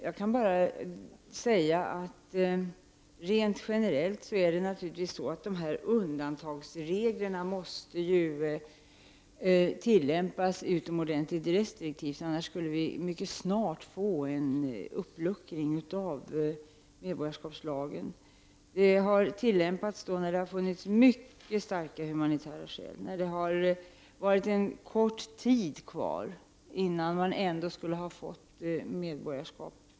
Jag kan bara säga att det rent generellt naturligtvis är så att dessa undantagsregler måste tillämpas utomordentligt restriktivt. Annars skulle det mycket snart bli en uppluckring av medborgarskapslagen. Undantagsregeln har tillämpats när det förelegat mycket starka humanitära skäl och när det har varit en kort tid kvar innan man ändå skulle ha fått medborgarskap.